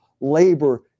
labor